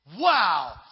Wow